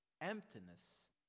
emptiness